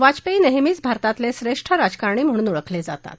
वाजपेयी नेहमीच भारतातले श्रेष्ठ राजकारणी म्हणून ओळखले जातात